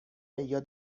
یاد